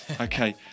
Okay